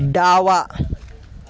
डावा